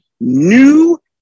new